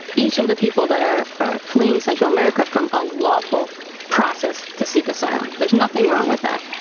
each of the people that are are fleeing central america from a lawful process to seek asylum. there's nothing wrong with that.